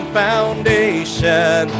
foundation